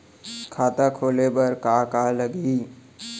खाता खोले बार का का लागही?